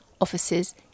offices